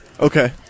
Okay